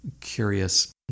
curious